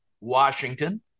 Washington